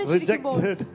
rejected